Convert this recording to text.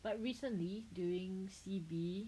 but recently during C_B